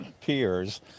peers